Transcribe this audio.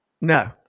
No